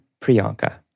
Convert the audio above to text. Priyanka